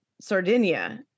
Sardinia